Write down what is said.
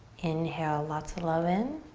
inhale, lots of love in.